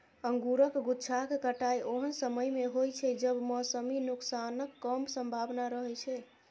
अंगूरक गुच्छाक कटाइ ओहन समय मे होइ छै, जब मौसमी नुकसानक कम संभावना रहै छै